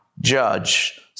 judge